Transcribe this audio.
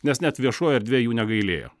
nes net viešoji erdvė jų negailėjo